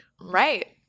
Right